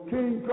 King